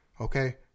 Okay